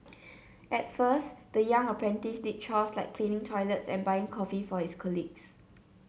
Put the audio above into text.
at first the young apprentice did chores like cleaning toilets and buying coffee for his colleagues